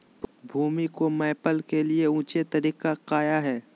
भूमि को मैपल के लिए ऊंचे तरीका काया है?